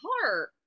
heart